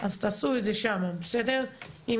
אני יודעת איך